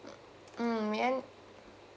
mm and